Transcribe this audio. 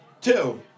Two